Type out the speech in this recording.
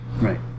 Right